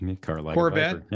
Corvette